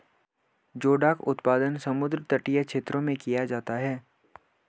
जोडाक उत्पादन समुद्र तटीय क्षेत्र में किया जाता है